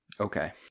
Okay